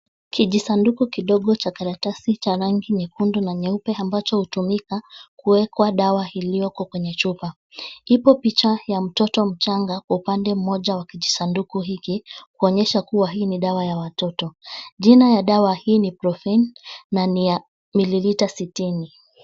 Kijisanduku kidogo cha karatasi cha rangi nyekundu na nyeupe ambacho hutumika kuwekwa dawa ilioko kwenye chupa, ipo picha ya mtoto mchanga, upande mmoja, wa kijisanduku hiki, kuonyesha kuwa hii ni dawa ya watoto, jina ya dawa hii ni profen na ni ya mililita sitini.